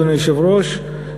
אדוני היושב-ראש,